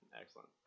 Excellent